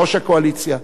יושב-ראש הקואליציה,